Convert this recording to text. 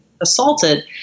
assaulted